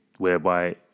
whereby